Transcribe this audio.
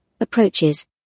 approaches